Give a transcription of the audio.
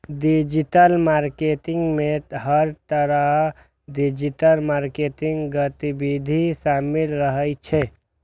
digital marketing मे हर तरहक डिजिटल मार्केटिंग गतिविधि शामिल रहै छै